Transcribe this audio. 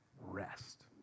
rest